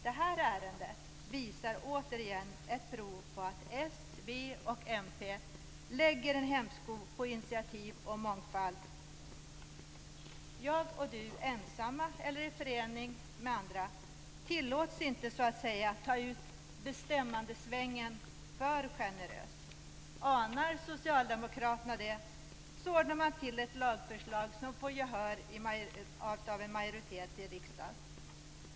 Det här ärendet visar återigen ett prov på att s, v och mp lägger en hämsko på initiativ och mångfald. Jag och du, ensamma eller i förening med andra, tillåts inte att så att säga ta ut bestämmandesvängen för generöst. När socialdemokraterna anar något sådant ordnar de till ett lagförslag som får gehör hos en majoritet i riksdagen.